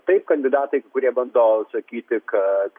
taip kandidatai kurie bando sakyti kad